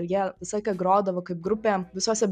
ir jie visą laiką grodavo kaip grupė visuose